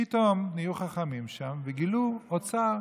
פתאום נהיו חכמים שם וגילו אוצר.